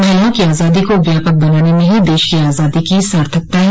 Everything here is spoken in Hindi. महिलाओं की आजादी को व्यापक बनाने में ही देश की आजादी की सार्थकता है